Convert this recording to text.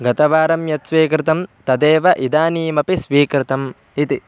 गतवारं यत् स्वीकृतं तदेव इदानीमपि स्वीकृतम् इति